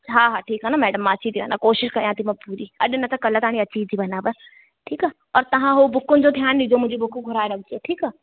अच्छा हा हा ठीकु आहे न मैडम मां अची थी वञा मां कोशिशि कयां थी मां पूरी अॼु न त कल्ह ताणी अची थी वञाव ठीकु आहे और तव्हां उहो बुकनि जो ध्यानु ॾिजो मुंहिंजी बुकूं घुराइ रखिजो ठीकु आहे